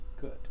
good